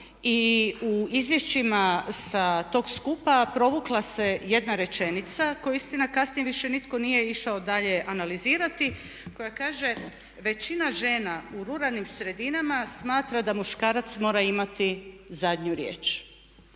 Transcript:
i u izvješćima sa tog skupa provukla se jedna rečenica koju istina kasnije više nitko nije išao dalje analizirati. Koja kaže većina žena u ruralnim sredinama smatra da muškarac mora imati zadnju riječ.